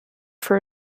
for